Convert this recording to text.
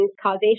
causation